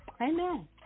Amen